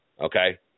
Okay